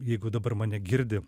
jeigu dabar mane girdi